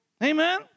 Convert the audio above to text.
Amen